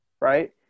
Right